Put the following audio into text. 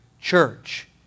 church